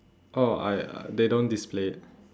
oh I they don't display it